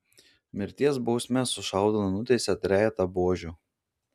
mirties bausme sušaudant nuteisė trejetą buožių